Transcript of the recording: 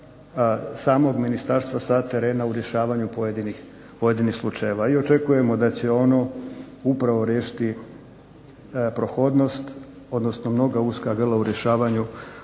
samog Ministarstva sa terena u rješavanju pojedinih slučajeva i očekujemo da će ono upravo riješiti prohodnost odnosno mnoga uska grla u rješavanju